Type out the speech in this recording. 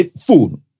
food